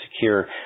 secure